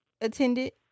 attended